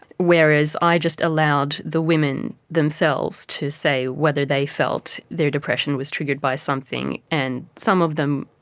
whereas i just allowed the women themselves to say whether they felt their depression was triggered by something. and some of them,